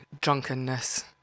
drunkenness